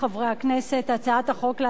הצעת החוק להעסקה ישירה,